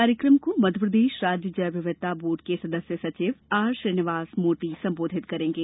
कार्यक्रम को मध्यप्रदेश राज्य जैव विविधता बोर्ड के सदस्य सचिव आर श्रीनिवास मूर्ति संबोधित करेंगे